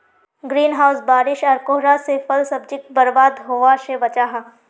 green house बारिश आर कोहरा से फल सब्जिक बर्बाद होवा से बचाहा